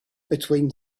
between